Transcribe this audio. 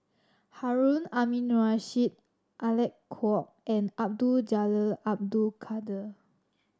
Harun Aminurrashid Alec Kuok and Abdul Jalil Abdul Kadir